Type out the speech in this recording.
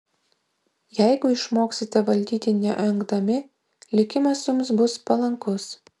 jeigu išmoksite valdyti neengdami likimas jums bus palankus